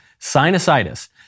sinusitis